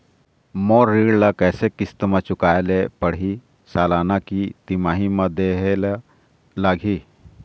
मोर ऋण ला कैसे किस्त म चुकाए ले पढ़िही, सालाना की महीना मा देहे ले लागही?